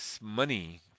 money